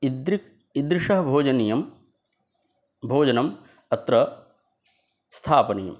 ईदृशं भोजनीयं भोजनम् अत्र स्थापनीयम्